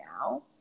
now